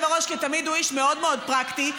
הוא איש מאוד מאוד פרקטי,